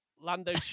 Lando